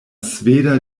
sveda